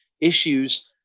issues